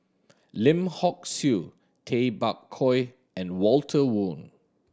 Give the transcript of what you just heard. Lim Hock Siew Tay Bak Koi and Walter Woon